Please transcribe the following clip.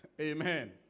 Amen